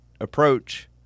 approach